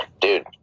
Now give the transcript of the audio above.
Dude